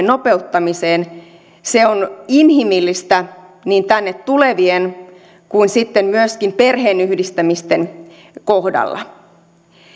nopeuttamiseen se on inhimillistä niin tänne tulevien kuin sitten myöskin perheenyhdistämisten kohdalla